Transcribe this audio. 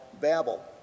Babel